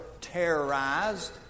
terrorized